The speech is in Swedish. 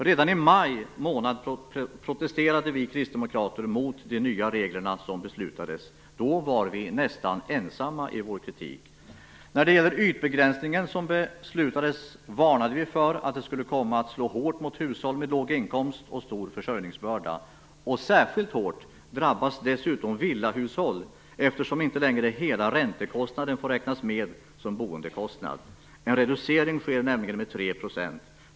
Redan i maj månad protesterade vi kristdemokrater mot de nya reglerna som beslutades. Då var vi nästan ensamma i vår kritik. Vi varnade för att den beslutade ytbegränsningen skulle komma att slå hårt mot hushåll med låg inkomst och stor försörjningsbörda. Särskilt hårt drabbas dessutom villahushåll, eftersom inte längre hela räntekostnaden får räknas med som boendekostnad. En reducering sker nämligen med 3 %.